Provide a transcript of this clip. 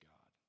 God